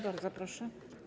Bardzo proszę.